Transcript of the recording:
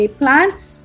plants